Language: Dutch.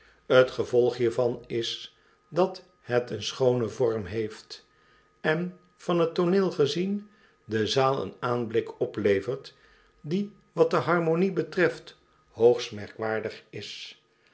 t gevolg hiervan is dat het een schoonen vorm heeft en van t tooneel gezien de zaal een aanblik oplevert die wat de harmonie betreft hoogst merkwaardig is